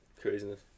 craziness